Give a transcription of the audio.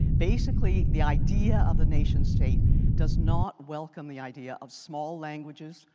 basically, the idea of the nation state does not welcome the idea of small languages,